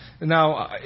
now